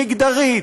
מגדרית,